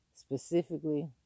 specifically